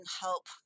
help